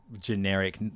generic